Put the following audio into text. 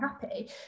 happy